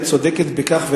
את צודקת בכך,